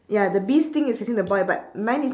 ya the bee's sting is facing the boy but mine is